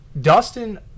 Dustin